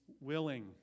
willing